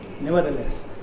Nevertheless